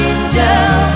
Angel